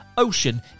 ocean